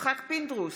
יצחק פינדרוס,